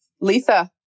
lisa